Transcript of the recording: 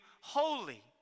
holy